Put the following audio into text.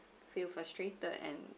feel frustrated and